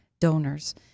donors